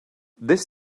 this